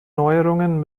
neuerungen